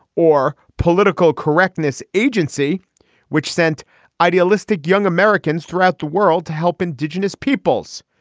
or political correctness agency which sent idealistic young americans throughout the world to help indigenous peoples.